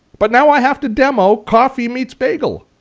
but now i have to demo coffee meets bagel.